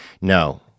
no